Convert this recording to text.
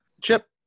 Chip